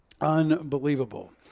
Unbelievable